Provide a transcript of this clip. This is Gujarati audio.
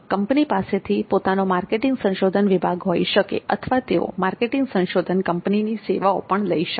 કંપની પાસે પોતાનો માર્કેટિંગ સંશોધન વિભાગ હોઈ શકે અથવા તેઓ માર્કેટિંગ સંશોધન કંપનીની સેવાઓ પણ થઈ શકે